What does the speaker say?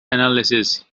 analysis